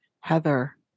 Heather